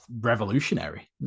revolutionary